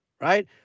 right